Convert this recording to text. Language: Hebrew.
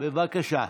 בבקשה.